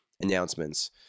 announcements